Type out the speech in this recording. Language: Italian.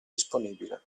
disponibile